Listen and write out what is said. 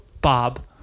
Bob